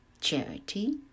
Charity